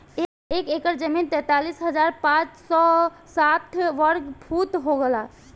एक एकड़ जमीन तैंतालीस हजार पांच सौ साठ वर्ग फुट होला